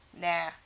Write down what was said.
Nah